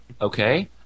Okay